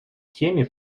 теме